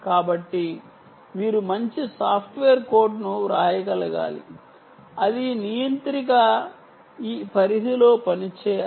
కాబట్టి మీరు మంచి సాఫ్ట్వేర్ కోడ్ను వ్రాయగలగాలి అయితే అది నియంత్రిక ఈ పరిధిలో పనిచేయగలగాలి